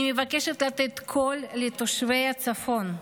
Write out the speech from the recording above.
אני מבקשת לתת קול לתושבי הצפון,